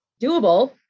doable